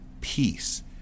peace